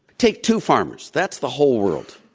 take two farmers, that's the whole world.